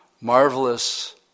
Marvelous